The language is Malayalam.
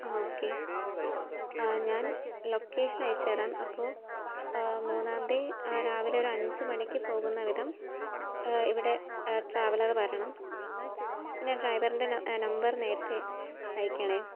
ആ ഓക്കേ ഞാൻ ലൊക്കേഷൻ അയച്ച് തരാം അപ്പോൾ മൂന്നാന്തി രാവിലെ ഒരഞ്ച് മണിക്ക് പോകുന്ന വിധം ഇവിടെ ട്രാവലർ വരണം പിന്നെ ഡ്രൈവറിൻ്റെ നമ്പർ നേരത്തെ അയക്കണം